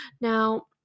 Now